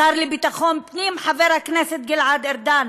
השר לביטחון הפנים חבר הכנסת גלעד ארדן